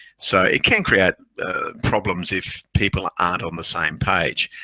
so it can create problems if people aren't on the same page,